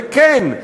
וכן,